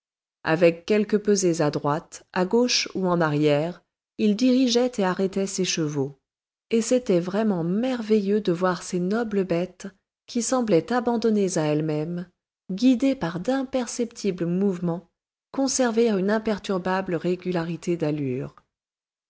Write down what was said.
avec quelques pesées à droite à gauche ou en arrière il dirigeait et arrêtait ses chevaux et c'était vraiment merveilleux de voir ces nobles bêtes qui semblaient abandonnées à elles-mêmes guidées par d'imperceptibles mouvements conserver une imperturbable régularité d'allure